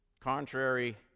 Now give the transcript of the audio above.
Contrary